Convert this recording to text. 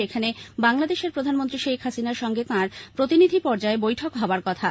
সেখানে বাংলাদেশের প্রধানমন্ত্রী শেখ হাসিনার সঙ্গে তাঁর প্রতিনিধি পর্যায়ে বৈঠক হবার কথা